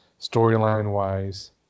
storyline-wise